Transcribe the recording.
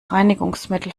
reinigungsmittel